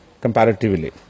comparatively